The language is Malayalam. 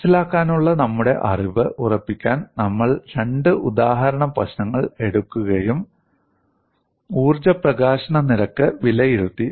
മനസിലാക്കാനുള്ള നമ്മുടെ അറിവ് ഉറപ്പിക്കാൻ നമ്മൾ രണ്ട് ഉദാഹരണ പ്രശ്നങ്ങൾ എടുക്കുകയും ഊർജ്ജ പ്രകാശന നിരക്ക് വിലയിരുത്തി